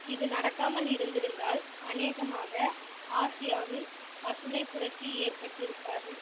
இது நடக்காமல் இருந்திருந்தால் அநேகமாக ஆசியாவில் பசுமைப் புரட்சி ஏற்பட்டிருக்காது